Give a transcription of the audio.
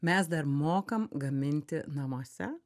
mes dar mokam gaminti namuose